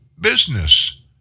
business